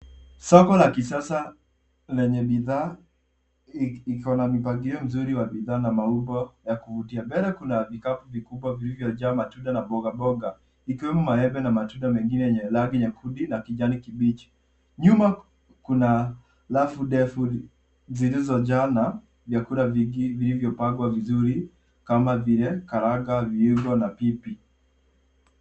Soko la kisasa lenye bidhaa iko na mpangilio mzuri wa bidhaa na maumbo ya kurudia. Mbele kuna vikapu vikubwa vilivyojaa matunda na mbogamboga ikiwemo maende na matunda mengine yenye rangi nyekundu na kijani kibichi. Nyuma kuna rafu ndefu zilizojaa na vyakula vingi vilivyopangwa vizuri kama vile karanga, viungo na pipi.